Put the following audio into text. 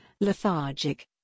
lethargic